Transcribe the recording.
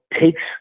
takes